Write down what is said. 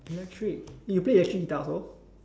electric eh you play electric guitar also